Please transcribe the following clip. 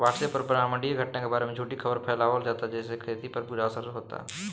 WhatsApp पर ब्रह्माण्डीय घटना के बारे में झूठी खबर फैलावल जाता जेसे खेती पर बुरा असर होता